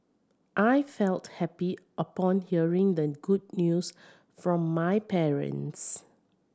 I felt happy upon hearing the good news from my parents